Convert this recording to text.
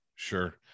Sure